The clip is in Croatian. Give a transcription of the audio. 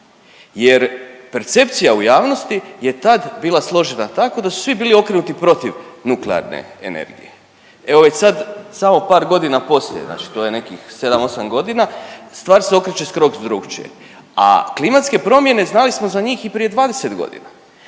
jer percepcija u javnosti je tad bila složena tako da su svi bili okrenuti protiv nuklearne energije. Evo već sad, samo par godina poslije znači to je nekih 7, 8 godina, stvar se okreće skroz drukčije, a klimatske promjene, znali smo za njih i prije 20 godina.